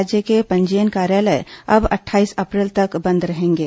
राज्य के पंजीयन कार्यालय अब अट्ठाईस अप्रैल तक बंद रहेंगे